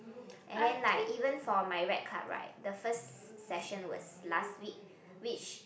and then like even for my vet club right the first session was last week which